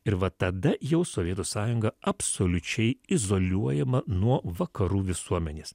ir va tada jau sovietų sąjunga absoliučiai izoliuojama nuo vakarų visuomenės